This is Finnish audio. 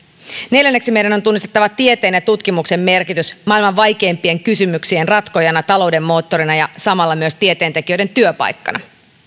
neljänneksi meidän on tunnistettava tieteen ja tutkimuksen merkitys maailman vaikeimpien kysymyksien ratkojana talouden moottorina ja samalla myös tieteentekijöiden työpaikkana